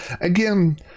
again